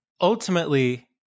ultimately